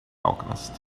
alchemist